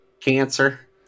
Cancer